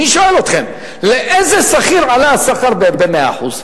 אני שואל אתכם, לאיזה שכיר עלה השכר ב-100%?